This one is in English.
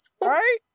Right